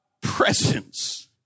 Presence